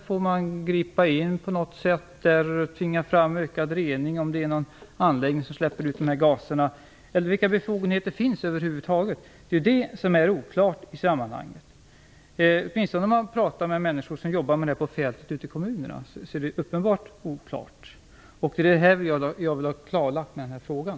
Får man gripa in på något sätt och tvinga fram ökad rening om det är en anläggning som släpper ut gaserna? Vilka befogenheter finns över huvud taget? Det är det som är oklart i sammanhanget. Åtminstone om man pratar med människor som jobbar med detta på fältet ute i kommunerna är det uppenbart oklart. Det är detta jag vill ha klarlagt med den här frågan.